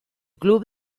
club